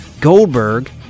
Goldberg